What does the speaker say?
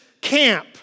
camp